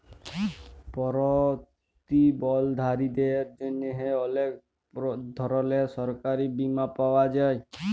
পরতিবলধীদের জ্যনহে অলেক ধরলের সরকারি বীমা পাওয়া যায়